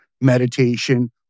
meditation